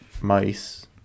mice